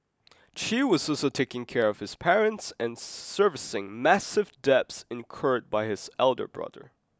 Chew was also taking care of his parents and servicing massive debts incurred by his elder brother